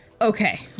okay